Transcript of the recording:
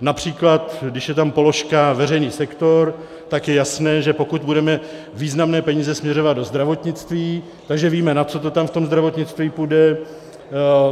Například když je tam položka veřejný sektor, tak je jasné, že pokud budeme významné peníze směřovat do zdravotnictví, že víme, na co to tam v tom zdravotnictví půjde, že